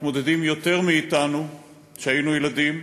מתמודדים יותר מאתנו כשהיינו ילדים,